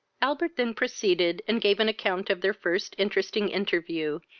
albert then proceeded, and gave an account of their first interesting interview,